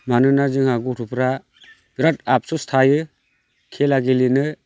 मानोना जोंहा गथ'फोरा बिराद आबसुस थायो खेला गेलेनो